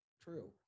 true